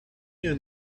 you